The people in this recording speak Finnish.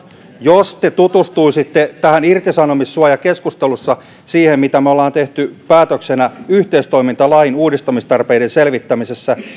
jos te tutustuisitte irtisanomissuojakeskustelussa siihen mitä me olemme tehneet päätöksenä yhteistoimintalain uudistamistarpeiden selvittämisessä niin